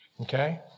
Okay